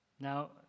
Now